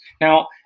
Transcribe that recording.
Now